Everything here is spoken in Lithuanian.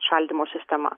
šaldymo sistema